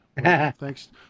Thanks